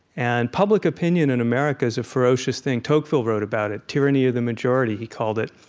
and public opinion in america is a ferocious thing. tocqueville wrote about it tyranny of the majority, he called it.